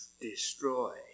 destroy